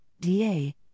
DA